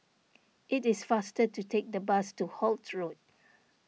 it is faster to take the bus to Holt Road